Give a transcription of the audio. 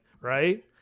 Right